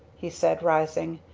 he said rising.